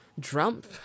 Drump